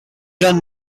gran